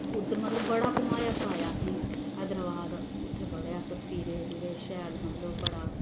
उद्धर मतलब बड़ा घमाया फराया असेंगी हैदराबाद उत्थें बड़े अस फिरे टूरे शैल मतलब बड़ा